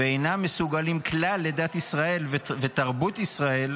ואינם מסוגלים כלל לדת ישראל ותרבות ישראל,